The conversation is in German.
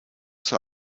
zur